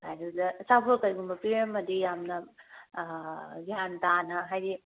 ꯑꯗꯨꯗ ꯑꯆꯥꯄꯣꯠ ꯀꯔꯤꯒꯨꯝꯕ ꯄꯤꯔꯝꯃꯗꯤ ꯌꯥꯝꯅ ꯒ꯭ꯌꯥꯟꯇꯥꯅ ꯍꯥꯏꯕꯗꯤ